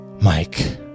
Mike